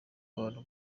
abantu